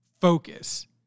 focus